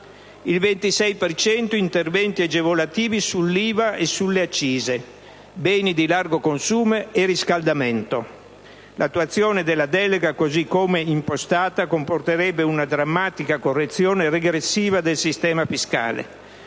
interventi agevolativi sull'IVA e sulle accise: beni di largo consumo e riscaldamento. L'attuazione della delega così come impostata comporterebbe una drammatica correzione regressiva del sistema fiscale.